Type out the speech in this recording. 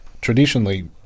Traditionally